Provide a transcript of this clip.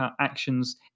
actions